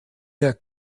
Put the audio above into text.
der